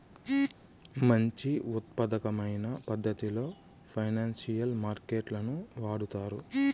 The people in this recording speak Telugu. మంచి ఉత్పాదకమైన పద్ధతిలో ఫైనాన్సియల్ మార్కెట్ లను వాడుతారు